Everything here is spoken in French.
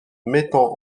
mettant